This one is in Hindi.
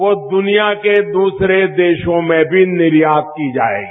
वो दुनिया के दूसरे देशों में भी निर्यात की जाएगी